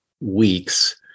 weeks